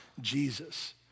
Jesus